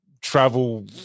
travel